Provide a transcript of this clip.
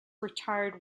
retired